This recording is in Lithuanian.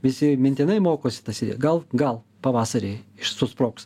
visi mintinai mokosi tas gal gal pavasarį iš susprogs